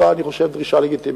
הובאה, אני חושב, דרישה לגיטימית.